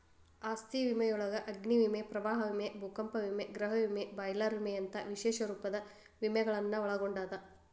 ಆಸ್ತಿ ವಿಮೆಯೊಳಗ ಅಗ್ನಿ ವಿಮೆ ಪ್ರವಾಹ ವಿಮೆ ಭೂಕಂಪ ವಿಮೆ ಗೃಹ ವಿಮೆ ಬಾಯ್ಲರ್ ವಿಮೆಯಂತ ವಿಶೇಷ ರೂಪದ ವಿಮೆಗಳನ್ನ ಒಳಗೊಂಡದ